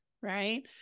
Right